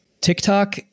TikTok